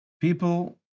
People